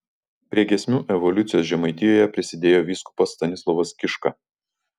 prie giesmių evoliucijos žemaitijoje prisidėjo vyskupas stanislovas kiška